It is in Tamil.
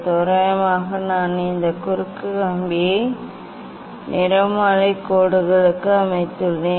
தோராயமாக நான் இந்த குறுக்கு கம்பியை நிறமாலை கோடுகளுக்கு அமைத்துள்ளேன்